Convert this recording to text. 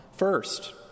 First